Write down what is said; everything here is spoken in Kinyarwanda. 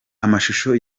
amashusho